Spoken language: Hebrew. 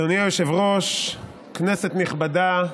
אדוני היושב-ראש, כנסת נכבדה,